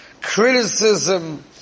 criticism